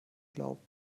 glauben